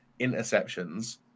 Interceptions